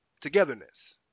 togetherness